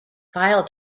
file